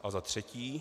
A za třetí.